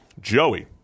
Joey